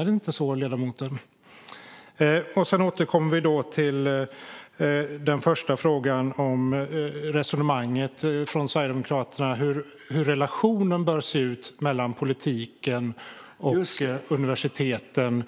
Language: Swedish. Är det inte så, ledamoten? Jag återkommer nu till Sverigedemokraternas resonemang om hur relationen bör se ut mellan politiken och universiteten.